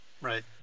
Right